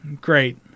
great